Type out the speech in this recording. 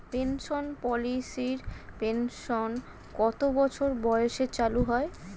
Pension পলিসির pension কত বছর বয়সে চালু হয়?